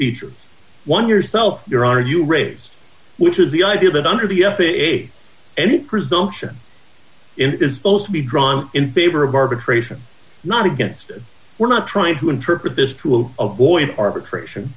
features one yourself your are you raise which is the idea that under the f a a any presumption it is to be drawn in favor of arbitration not against it we're not trying to interpret this to avoid arbitration